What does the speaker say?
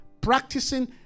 Practicing